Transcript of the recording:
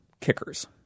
kickers